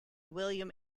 william